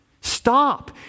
Stop